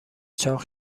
چاق